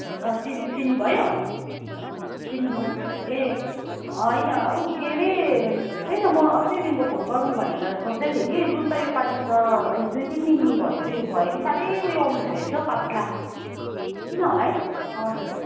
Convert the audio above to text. अँ चिन् चिन्नु भयो चिन्नु भयो होइन हौ के अरे त्यही त म अस्तिदेखिको फोन गरौँ भनेर सोच्दै थिएँ कि दुध त यो पालि त दुई तिन भयो भयो कि साह्रै उयो आउनु थालेको छ हौ पातला किन होला है हजुर